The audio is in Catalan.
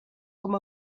com